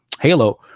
Halo